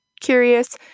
curious